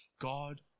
God